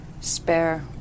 spare